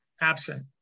absent